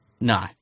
No